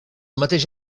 mateix